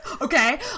Okay